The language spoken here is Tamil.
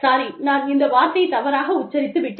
சாரி நான் இந்த வார்த்தையை தவறாக உச்சரித்து விட்டேன்